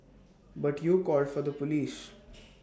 but you called for the Police